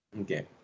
Okay